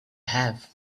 have